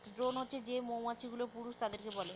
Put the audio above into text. drone হছে যে মৌমাছি গুলো পুরুষ তাদেরকে বলে